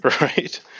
Right